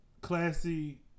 classy